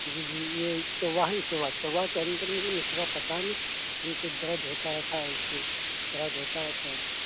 جی جی یہ چوا ہے نا چوا چوا کے اندر مجھے نچوا پتا نہیں کیوں سے درد ہوتا رہتا ہے اس سے درد ہوتا رہتا ہے